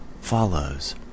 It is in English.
follows